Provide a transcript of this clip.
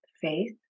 faith